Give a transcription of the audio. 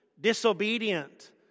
disobedient